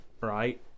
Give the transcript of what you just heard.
Right